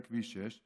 לכביש 6,